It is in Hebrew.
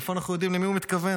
מאיפה אנחנו יודעים למי הוא מתכוון?